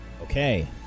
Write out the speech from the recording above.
Okay